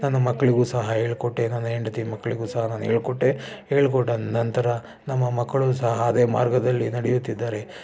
ನನ್ನ ಮಕ್ಕಳಿಗೂ ಸಹ ಹೇಳ್ಕೊಟ್ಟೆ ನನ್ನ ಹೆಂಡತಿ ಮಕ್ಕಳಿಗೂ ಸಹ ನಾನು ಹೇಳ್ಕೊಟ್ಟೆ ಹೇಳ್ಕೊಟ್ಟ ನಂತರ ನಮ್ಮ ಮಕ್ಕಳು ಸಹ ಅದೇ ಮಾರ್ಗದಲ್ಲಿ ನಡೆಯುತ್ತಿದ್ದಾರೆ